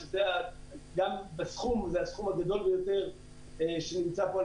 שזה גם בסכום זה הסכום הגדול ביותר שנמצא פה על